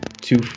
two